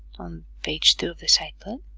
on page two of the site plan